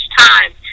time